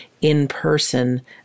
in-person